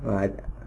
alright